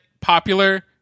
Popular